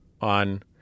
on